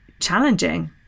challenging